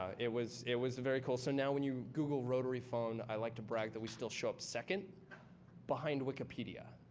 it was it was very cool. so now, when you google rotary phone, i like to brag that we still show up second behind wikipedia,